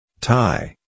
Tie